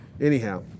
Anyhow